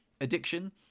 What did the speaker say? addiction